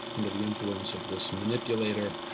under the influence of this manipulator,